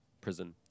prison